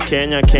Kenya